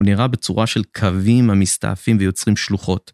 הוא נראה בצורה של קווים המסתעפים ויוצרים שלוחות.